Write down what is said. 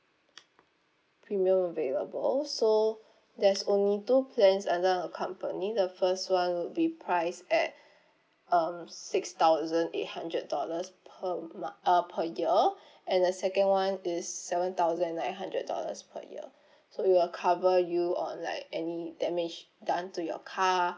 premium available so there's only two plans under our company the first one would be priced at um six thousand eight hundred dollars per mon~ uh per year and the second one is seven thousand and nine hundred dollars per year so we will cover you on like any damage done to your car